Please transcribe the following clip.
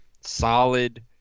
solid